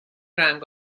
رنگ